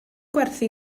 gwerthu